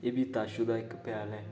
एह् बी ताशू दा इक भ्याल ऐ